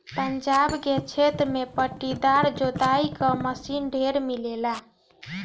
पंजाब के क्षेत्र में पट्टीदार जोताई क मशीन ढेर मिलेला